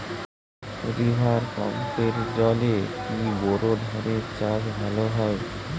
River পাম্পের জলে কি বোর ধানের চাষ ভালো হয়?